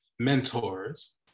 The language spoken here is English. mentors